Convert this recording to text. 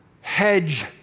hedge